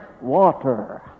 water